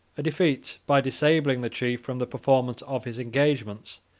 a defeat, by disabling the chief from the performance of his engagements,